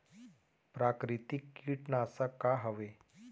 प्राकृतिक कीटनाशक का हवे?